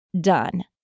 done